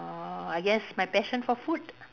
err I guess my passion for food